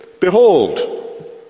behold